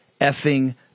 effing